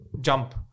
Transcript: jump